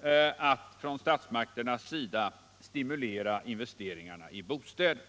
för statsmakterna att stimulera investeringarna i bostäder.